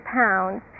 pounds